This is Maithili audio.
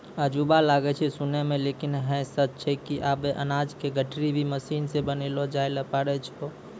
अजूबा लागै छै सुनै मॅ लेकिन है सच छै कि आबॅ अनाज के गठरी भी मशीन सॅ बनैलो जाय लॅ पारै छो